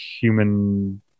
human